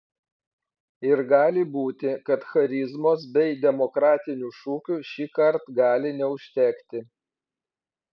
ir gali būti kad charizmos bei demokratinių šūkių šįkart gali neužtekti